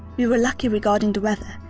we were lucky regarding the weather,